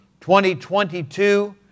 2022